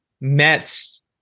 Mets